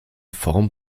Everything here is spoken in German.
form